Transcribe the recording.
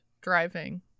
driving